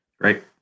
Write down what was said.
great